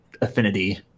affinity